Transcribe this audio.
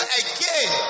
again